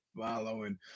following